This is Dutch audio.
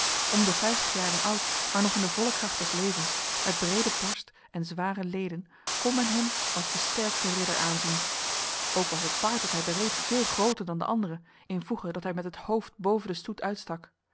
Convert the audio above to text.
om de vijftig jaren oud maar nog in de volle kracht des levens met brede borst en zware leden kon men hem als de sterkste ridder aanzien ook was het paard dat hij bereed veel groter dan de andere invoege dat hij met het hoofd boven de stoet uitstak